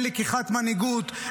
אין לקיחת מנהיגות.